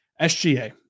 SGA